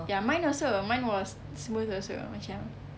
ya mine also mine was smooth also macam